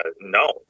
No